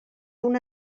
una